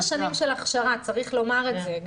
וזה אחרי תשע שנים של הכשרה, צריך לומר את זה.